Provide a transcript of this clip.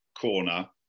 corner